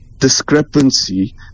discrepancy